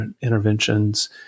interventions